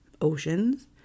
oceans